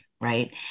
right